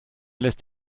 lässt